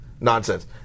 nonsense